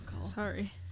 Sorry